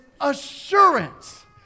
assurance